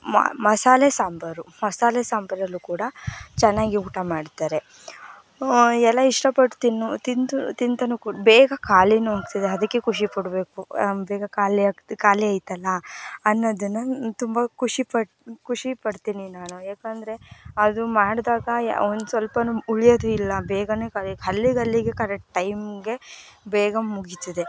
ಮಸಾಲೆ ಸಾಂಬಾರು ಮಸಾಲೆ ಸಾಂಬಾರಲ್ಲೂ ಕೂಡ ಚೆನ್ನಾಗಿ ಊಟ ಮಾಡ್ತಾರೆ ಎಲ್ಲ ಇಷ್ಟಪಟ್ಟು ತಿನ್ನು ತಿಂದು ತಿಂತಾ ಕೂಡ ಬೇಗ ಖಾಲಿಯೂ ಆಗ್ತಿದೆ ಅದಕ್ಕೆ ಖುಷಿಪಡ್ಬೇಕು ಬೇಗ ಖಾಲಿಯಾಗ್ತ್ ಖಾಲಿ ಆಯ್ತಲ್ಲ ಅನ್ನೋದನ್ನು ತುಂಬ ಖುಷಿಪಟ್ಟು ಖುಷೀಪಡ್ತೀನಿ ನಾನು ಯಾಕಂದರೆ ಅದು ಮಾಡಿದಾಗ ಒಂದು ಸ್ವಲ್ಪನೂ ಉಳಿಯೋದು ಇಲ್ಲ ಬೇಗ ಖಾಲಿ ಅಲ್ಲಿಗಲ್ಲಿಗೆ ಕರೆಕ್ಟ್ ಟೈಮಿಗೆ ಬೇಗ ಮುಗೀತದೆ